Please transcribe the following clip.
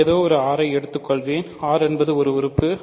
நான் ஏதோ ஒரு r ஐ எடுத்துக்கொள்வேன் r என்பது ஒரு உறுப்பு